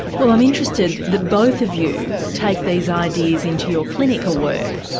well i'm interested that both of you take these ideas into your clinical work.